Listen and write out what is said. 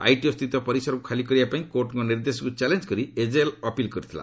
ITO ସ୍ଥିତ ପରିସରକୁ ଖାଲି କରିବାପାଇଁ କୋର୍ଟଙ୍କ ନିର୍ଦ୍ଦେଶକୁ ଚ୍ୟାଲେଞ୍ କରି ଏଜେଏଲ୍ ଅପିଲ୍ କରିଥିଲା